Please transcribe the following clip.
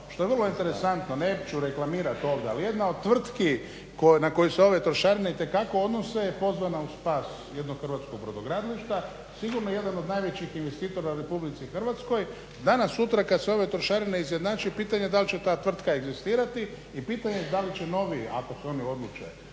što je vrlo interesantno , neću reklamirat ovdje ali jedna od tvrtki na koju se ove trošarine itekako odnose je pozvana u spas jednog hrvatskog brodogradilišta, sigurno jedan od najvećih investitora u Republici Hrvatskoj. Danas sutra kad se ove trošarine izjednače pitanje je da li će ta tvrtka egzistirati i pitanje je da li će novi, ako se oni odluče